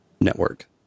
network